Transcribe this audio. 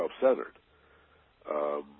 self-centered